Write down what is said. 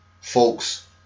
folks